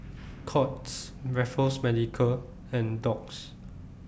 Courts Raffles Medical and Doux